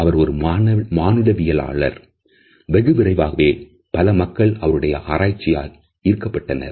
அவர் ஒரு மானுடவியலாளர் வெகு விரைவாகவே பல மக்கள் அவருடைய ஆராய்ச்சியால் ஈர்க்கப்பட்டனர்